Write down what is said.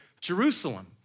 Jerusalem